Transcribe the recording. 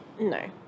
No